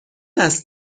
است